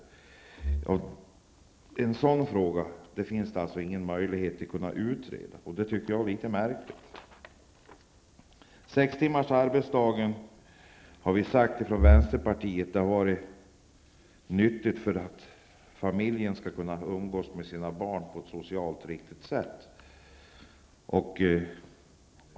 Vänsterpartiet anser att sex timmars arbetsdag vore bra för att föräldrarna skall kunna umgås med sina barn på ett socialt riktigt sätt.